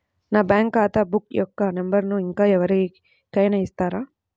నా బ్యాంక్ ఖాతా బుక్ యొక్క నంబరును ఇంకా ఎవరి కైనా ఇస్తారా?